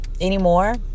anymore